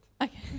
Okay